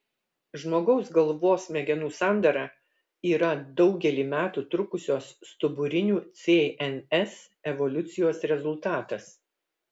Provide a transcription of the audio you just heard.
žmogaus galvos smegenų sandara yra daugelį metų trukusios stuburinių cns evoliucijos rezultatas